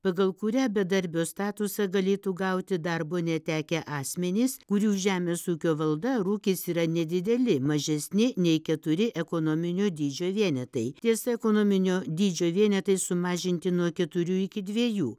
pagal kurią bedarbio statusą galėtų gauti darbo netekę asmenys kurių žemės ūkio valda ir ūkis yra nedideli mažesni nei keturi ekonominio dydžio vienetai tiesa ekonominio dydžio vienetai sumažinti nuo keturių iki dviejų